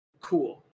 cool